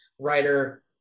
writer